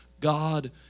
God